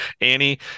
Annie